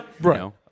Right